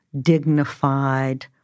dignified